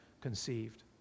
conceived